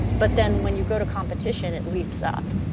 but then when you go to competition it leaps up